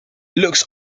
looks